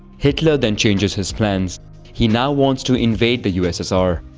hitler then changes his plans he now wants to invade the ussr.